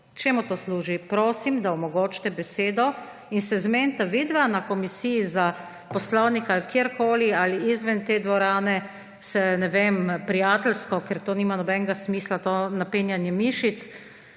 čemu to služi? Prosim, da omogočite besedo in se zmenita vidva na Komisiji za poslovnik ali kjerkoli, ali izven te dvorane se, ne vem, prijateljsko, ker nima nobenega smisla to napenjanje mišic.